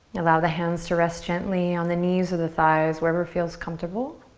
allow the hands to rest gently on the knees of the thighs wherever feels comfortable.